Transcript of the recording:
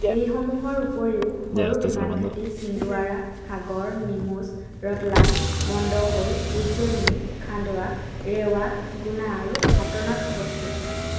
এইসমূহৰ উপৰিও সৰু বিমানঘাটি ছিন্দোৱাৰা সাগৰ নীমুচ ৰতলাম মন্দহোৰ উজ্জয়িনী খাণ্ডৱা ৰেৱা গুনা আৰু সাতনাত অৱস্থিত